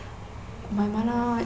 my